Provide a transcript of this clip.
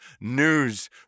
news